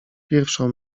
pierwszą